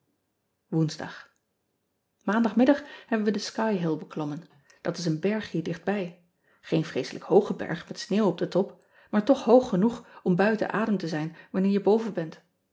oensdag aandagmiddag hebben we den ky ill beklommen at is een berg hier dicht bij een vreeselijk hooge berg met sneeuw op den top maar toch hoog genoeg om buiten adem te zijn wanneer je boven bent